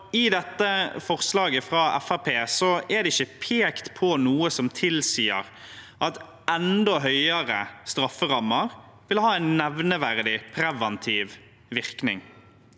I dette forslaget fra Fremskrittspartiet er det ikke pekt på noe som tilsier at enda høyere strafferammer vil ha en nevneverdig preventiv virkning.